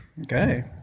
Okay